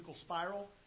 Spiral